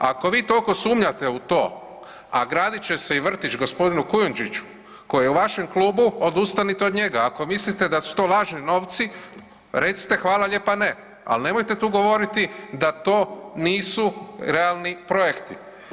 Ako vi tolko sumnjate u to, a gradit će se i vrtić g. Kujundžiću koji je u vašem klubu, odustanite od njega ako mislite da su to važni novci, recite hvala lijepa ne, al nemojte tu govoriti da to nisu realni projekti.